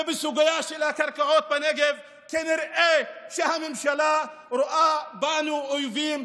ובסוגיה של הקרקעות בנגב כנראה שהממשלה רואה בנו אויבים,